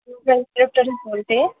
बोलते